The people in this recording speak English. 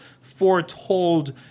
foretold